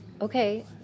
Okay